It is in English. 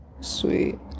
Sweet